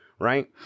Right